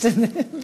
משתדל.